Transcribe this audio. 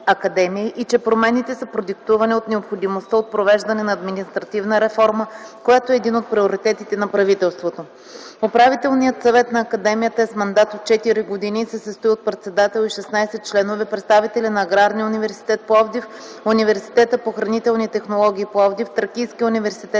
и че промените са продиктувани от необходимостта от провеждане на административна реформа, която е един от приоритетите на правителството. Управителният съвет на академията е с мандат от четири години и се състои от председател и 16 членове, представители на Аграрния университет – Пловдив, Университета по хранителни технологии – Пловдив, Тракийския университет